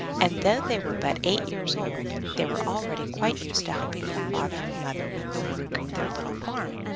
and though they were but eight years old, they were already quite used to helping their father and mother with the work of their little farm.